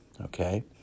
okay